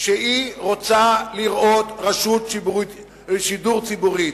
שהיא רוצה לראות רשות שידור ציבורית.